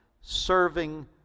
serving